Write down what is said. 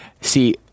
See